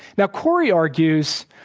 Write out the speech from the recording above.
now, kori argues,